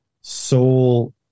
soul